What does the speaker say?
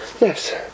Yes